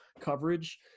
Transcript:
coverage